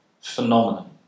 phenomenon